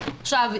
עכשיו,